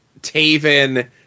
Taven